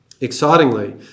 Excitingly